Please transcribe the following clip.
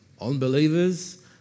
unbelievers